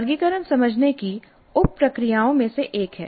वर्गीकरण समझने की उप प्रक्रियाओं में से एक है